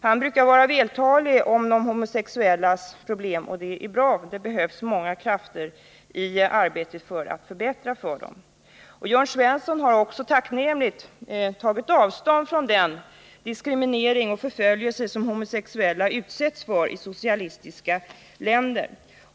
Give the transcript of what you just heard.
Han brukar vara vältalig när det gäller de homosexuellas problem, och det är bra. Det behövs många krafter i arbetet för att förbättra förhållandena för dem. Jörn Svensson har också tacknämligt tagit avstånd från den diskriminering och förföljelse som homosexuella utsätts för i socialistiska länder.